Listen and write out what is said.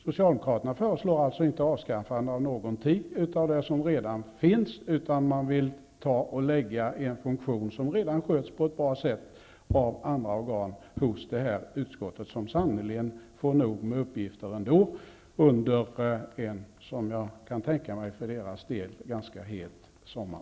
Socialdemokraterna vill alltså inte avskaffa någonting av det som redan finns, utan de vill lägga en funktion som andra organ sköter på ett bra sätt hos ett utskott som sannerligen får nog med uppgifter ändå under en, som jag kan tänka mig, för dess del ganska het sommar.